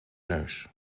neus